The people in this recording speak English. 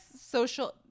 social